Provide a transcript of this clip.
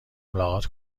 ملاقات